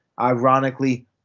Ironically